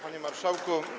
Panie Marszałku!